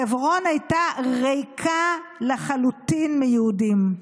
חברון הייתה ריקה לחלוטין מיהודים,